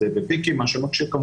איתנו?